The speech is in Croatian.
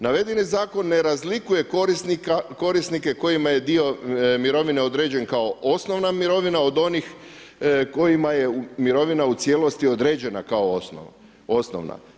Navedeni Zakon ne razlikuje korisnike kojima je dio mirovine određen kao osnovna mirovina od onih kojima je mirovina u cjelosti određena kao osnovna.